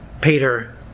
Peter